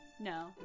No